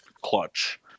clutch